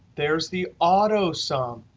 there's the auto sum.